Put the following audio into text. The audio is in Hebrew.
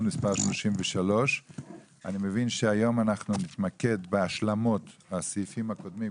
מס' 33). אני מבין שהיום אנחנו נתמקד בהשלמות לסעיפים הקודמים,